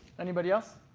anybody else?